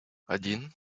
один